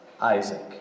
Isaac